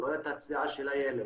אני רואה את הצליעה של הילד,